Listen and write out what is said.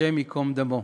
השם ייקום דמו.